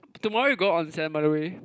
tomorrow we go onsen by the way